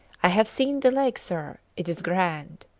i have seen the lake, sir it is grand.